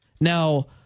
Now